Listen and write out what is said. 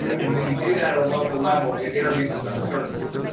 and when you do that at a local level, it introduces uncertainty,